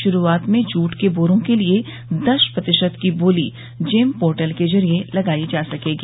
शुरूआत में जूट के बोरों के लिए दस प्रतिशत की बोली जेम पोर्टल के जरिये लगाई जा सकेगी